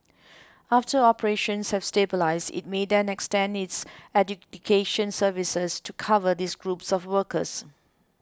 after operations have stabilised it may then extend its adjudication services to cover these groups of workers